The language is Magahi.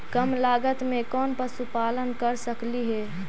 कम लागत में कौन पशुपालन कर सकली हे?